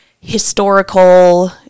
historical